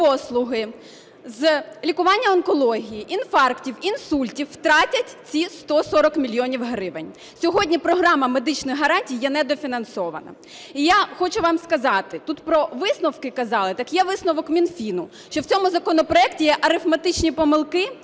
з лікування онкології, інфарктів, інсультів, втратять ці 140 мільйонів гривень. Сьогодні програма медичних гарантій є недофінансована. І я хочу вам сказати, тут про висновки казали, так є висновок Мінфіну, що в цьому законопроекті є арифметичні помилки,